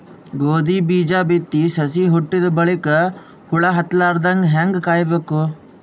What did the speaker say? ಗೋಧಿ ಬೀಜ ಬಿತ್ತಿ ಸಸಿ ಹುಟ್ಟಿದ ಬಲಿಕ ಹುಳ ಹತ್ತಲಾರದಂಗ ಹೇಂಗ ಕಾಯಬೇಕು?